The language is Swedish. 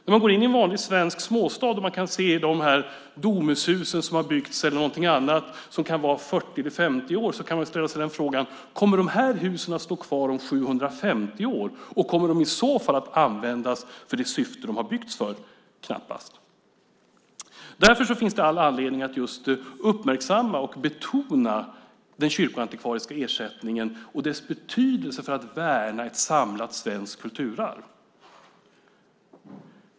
När man går in i en vanlig svensk småstad och ser Domushusen eller någonting annat som kan vara 40-50 år kan man ställa sig frågan: Kommer dessa hus att stå kvar om 750 år, och kommer de i så fall att användas för det syfte de byggdes för? Knappast. Därför finns det all anledning att just uppmärksamma och betona den kyrkoantikvariska ersättningen och dess betydelse för att värna ett samlat svenskt kulturarv.